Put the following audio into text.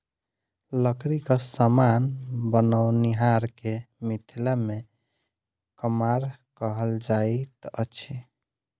लकड़ीक समान बनओनिहार के मिथिला मे कमार कहल जाइत अछि